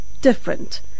different